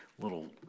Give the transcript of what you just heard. little